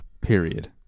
Period